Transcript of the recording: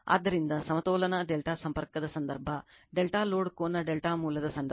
ಆದ್ದರಿಂದ ಸಮತೋಲನ ∆ ಸಂಪರ್ಕದ ಸಂದರ್ಭ ∆ ಲೋಡ್ ಕೋನ ∆ ಮೂಲದ ಸಂದರ್ಭ